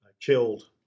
killed